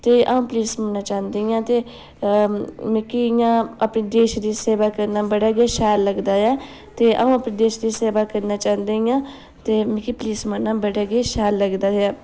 ते अ'ऊं पुलिस बनना चांह्दी आं ते मिगी इ'यां अपने देश दी सेवा करना बड़ा गै शैल लगदा ऐ ते अ'ऊं अपने देश दी सेवा करना चांह्दी आं ते मिगी पुलिस बनना बड़ा गै शैल लगदा ऐ